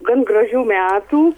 gan gražių metų